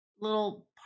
little